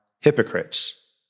hypocrites